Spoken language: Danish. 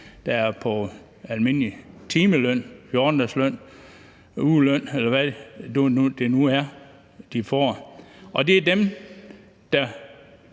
der er på almindelig timeløn, 14-dagesløn, ugeløn, eller hvad det nu er, de får, og det er dem, der